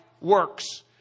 works